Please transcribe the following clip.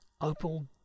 Opal